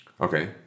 Okay